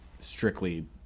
strictly